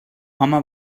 home